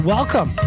Welcome